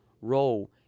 role